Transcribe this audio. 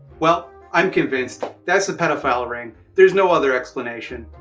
well, i'm convinced! that's a pedophile ring, there's no other explanation.